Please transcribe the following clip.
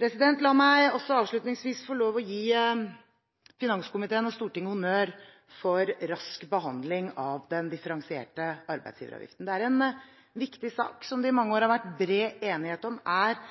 La meg også avslutningsvis få lov til å gi finanskomiteen og Stortinget honnør for rask behandling av den differensierte arbeidsgiveravgiften. Det er en viktig sak som det i mange år har vært bred enighet om er